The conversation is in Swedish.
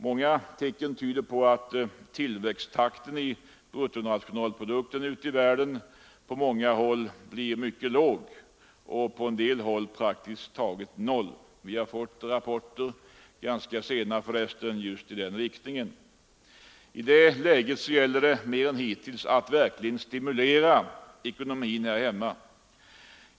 Många tecken tyder på att tillväxten i bruttonationalprodukten ute i världen på många håll nu blir mycket låg och på en del håll praktiskt taget noll. Vi har fått rapporter, ganska nyligen för resten, just i den riktningen. I det läget gäller det mer än hittills att verkligen stimulera ekonomin här hemma.